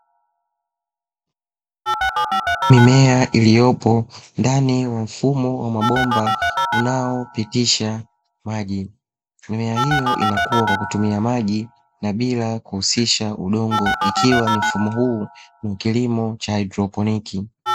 Mimea iliyopo ndani ya mfumo wa mabomba unaopitisha maji. Mimea hiyo inakua kwa kutumia maji na bila kuhusisha udongo, ikiwa ni mfumo huu ni kilimo cha haidroponiki.